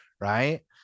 right